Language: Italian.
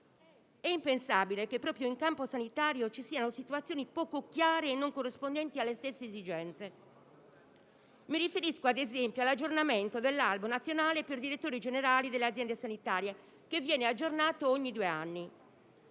È impensabile che proprio in campo sanitario ci siano situazioni poco chiare e non corrispondenti alle stesse esigenze. Mi riferisco, ad esempio, all'aggiornamento dell'Albo nazionale dei direttori generali delle aziende sanitarie, che viene aggiornato ogni due anni.